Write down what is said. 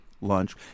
lunch